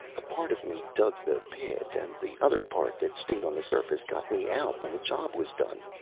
a part of me dug the pit and the other part that stayed on the surface got me out when the job was done.